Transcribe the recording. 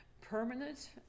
permanent